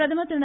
பிரதமர் திரு